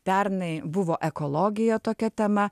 pernai buvo ekologija tokia tema